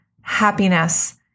happiness